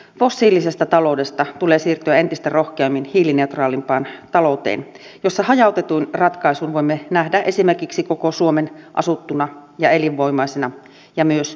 fossiilisesta taloudesta tulee siirtyä entistä rohkeammin hiilineutraalimpaan talouteen jossa hajautetuin ratkaisuin voimme nähdä esimerkiksi koko suomen asuttuna ja elinvoimaisena myös huoltovarmuuden kannalta